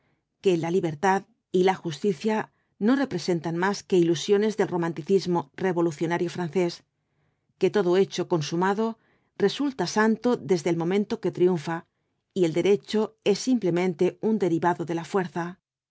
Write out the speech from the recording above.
que la libertad y la justicia no representan más que ilusiones del romanticismo revolucionario francés que todo hecho consumado resulta santo desde el momento que triunfa y el derechoes simplemente un derivado de la fuerza